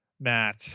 Matt